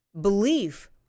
belief